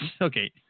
okay